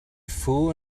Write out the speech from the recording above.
fool